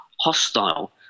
hostile